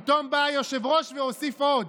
פתאום בא היושב-ראש והוסיף עוד.